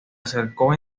acercó